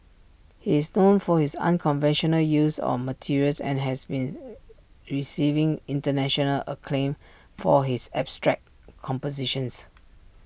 he is known for his unconventional use of materials and has been receiving International acclaim for his abstract compositions